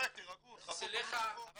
--- תירגעו, תחכו ותקבלו תשובות.